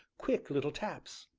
quick little taps.